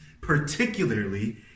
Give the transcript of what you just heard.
particularly